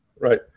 Right